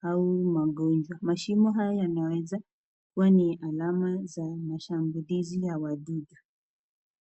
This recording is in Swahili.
au magunzo. Mashimo haya yanaweza kuwa ni alama za mashambulizi ya wadudu.